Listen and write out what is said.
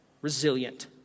resilient